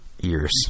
Ears